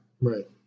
Right